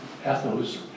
ethos